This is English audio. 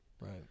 Right